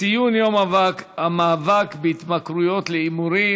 ציון יום המאבק בהתמכרויות להימורים,